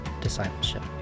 discipleship